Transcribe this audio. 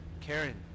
Karen